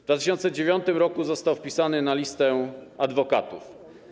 W 2009 r. został wpisany na listę adwokatów.